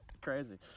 Crazy